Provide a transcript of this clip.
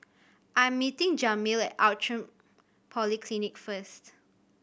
I am meeting Jameel Outram Polyclinic first